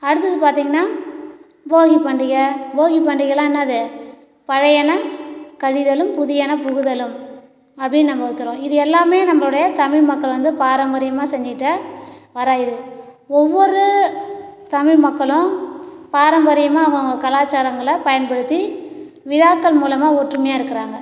அடுத்தது பார்த்தீங்ன்னா போகி பண்டிகை பண்டிகைலாம் என்னாது பழையன கழிதலும் புதியன புகுதலும் அப்படின்னு நம்ம வக்கிறோம் இது எல்லாமே நம்முடைய தமிழ் மக்கள் வந்து பாரம்பரியமாக செஞ்சுட்டுவர இது ஒவ்வொரு தமிழ் மக்களும் பாரம்பரியமாக அவங்க கலாச்சாரங்கலாய் பயன்படுத்தி விழாக்கள் மூலிமா ஒற்றுமையாக இருக்காங்க